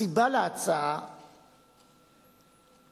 הסיבה להצעה לתיקון,